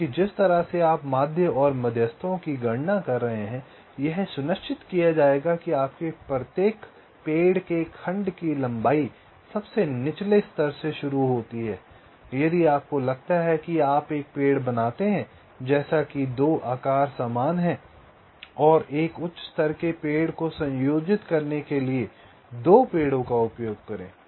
क्योंकि जिस तरह से आप माध्य और मध्यस्थों की गणना कर रहे हैं यह सुनिश्चित किया जाएगा कि आपके प्रत्येक पेड़ के खंड की लंबाई सबसे निचले स्तर से शुरू होती है यदि आपको लगता है कि आप एक पेड़ बनाते हैं जैसे कि 2 आकार समान हैं और एक उच्च स्तर के पेड़ को संयोजित करने के लिए 2 पेड़ों का उपयोग करें